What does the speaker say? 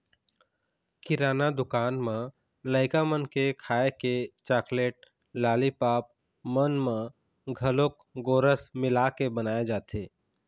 किराना दुकान म लइका मन के खाए के चाकलेट, लालीपॉप मन म घलोक गोरस मिलाके बनाए जाथे